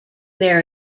their